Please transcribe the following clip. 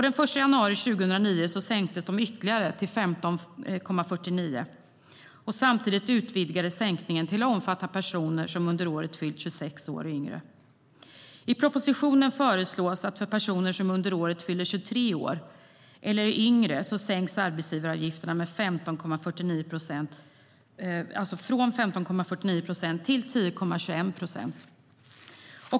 Den 1 januari 2009 sänktes arbetsgivaravgifterna ytterligare till 15,49 procent. Samtidigt utvidgades sänkningen till att omfatta personer som under året fyllde 26 år och yngre. I propositionen föreslås att för personer som under året fyller 23 år eller är yngre sänks arbetsgivaravgifterna från 15,49 procent till 10,21 procent.